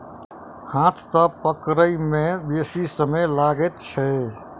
हाथ सॅ पकड़य मे बेसी समय लगैत छै